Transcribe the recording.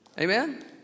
amen